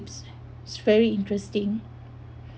is very interesting